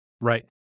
Right